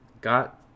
got